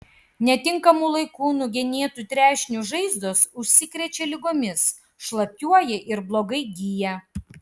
netinkamu laiku nugenėtų trešnių žaizdos užsikrečia ligomis šlapiuoja ir blogai gyja